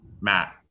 Matt